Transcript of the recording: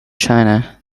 china